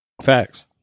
Facts